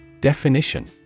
Definition